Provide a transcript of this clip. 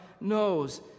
knows